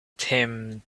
tim